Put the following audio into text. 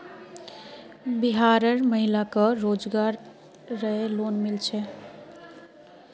बिहार र महिला क रोजगार रऐ लोन मिल छे